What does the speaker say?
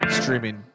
streaming